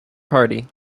party